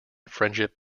friendship